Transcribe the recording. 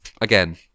Again